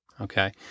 Okay